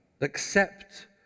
Accept